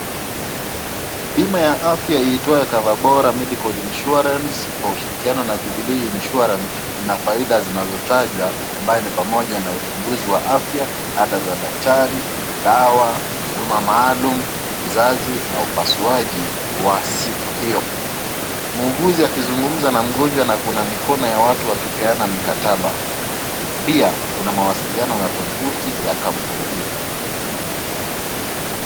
Bima ya afya iitwayo Cover Bora Medical Insurance kwa ushirikiano na Jubilee Insurance ina faida zinazotajwa ambazo ni pamoja na uchunguzi wa afya, ada za daktari, dawa, huduma maalum, uzazi na upasuaji wa siku hiyo. Muuguzi akizungumza na mgonjwa na kuna mikono ya watu wakipeana mikataba. Pia kuna mawasiliano na tovuti ya kampuni hiyo.